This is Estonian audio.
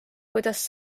kuidas